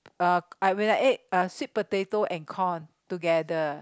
uh when I ate uh sweet potato and corn together